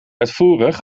uitvoerig